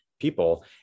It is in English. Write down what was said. people